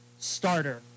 Starter